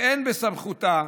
ואין בסמכותה